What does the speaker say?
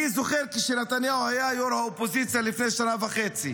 אני זוכר שכשנתניהו היה יו"ר האופוזיציה לפני שנה וחצי